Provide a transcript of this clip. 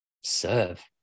serve